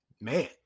man